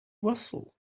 vessel